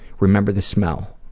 remember the smell.